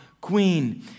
queen